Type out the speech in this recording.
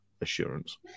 assurance